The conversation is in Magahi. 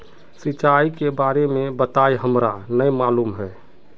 सिंचाई के बारे में बताई हमरा नय मालूम है?